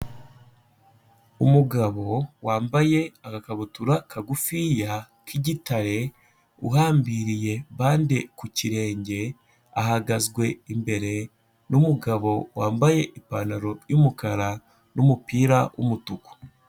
Umugabo wambaye agakabutura kagufiya k'igitare, uhambiriye bande ku kirenge, ahagazwe imbere n'umugabo wambaye ipantaro y'umukara n'umupira w'umutuku.